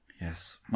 Yes